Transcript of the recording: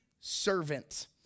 servant